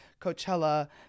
Coachella